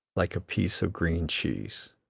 like a piece of green cheese.